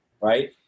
right